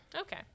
Okay